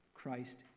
Christ